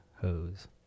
hose